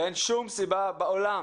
ואין שום סיבה בעולם